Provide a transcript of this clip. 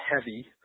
heavy